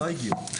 לא הגיעו?